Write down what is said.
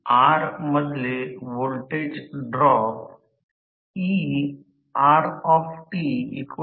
तर शेवटी voltage E देखील कमी होईल आणि प्रवाह देखील कमी होईल